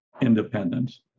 independence